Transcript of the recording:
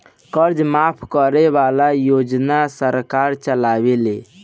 कर्जा माफ करे वाला योजना सरकार चलावेले